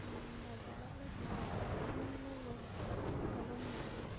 ᱵᱟᱡᱟᱨᱚᱜ ᱞᱮ ᱪᱟᱞᱟᱣ ᱠᱚᱜᱼᱟ ᱛᱤᱦᱤᱧ ᱜᱮᱞᱮ ᱨᱩᱭᱟᱹᱲ ᱦᱤᱡᱩᱜᱼᱟ ᱞᱚᱜᱚᱱ ᱧᱚᱜ ᱜᱮ